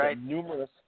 numerous